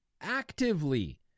Actively